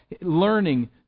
Learning